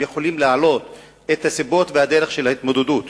הם יכולים להעלות את הסיבות ואת דרכי ההתמודדות,